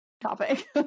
topic